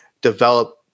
develop